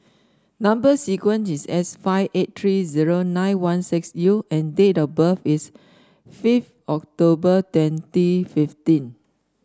number sequence is S five eight three zero nine one six U and date of birth is fifth October twenty fifteen